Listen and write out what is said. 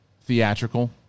theatrical